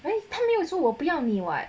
他没有说我不要你 [what]